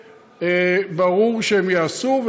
וברור שהם יעשו,